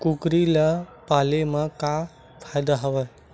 कुकरी ल पाले म का फ़ायदा हवय?